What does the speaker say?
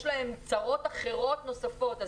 יש להם צרות אחרות נוספות.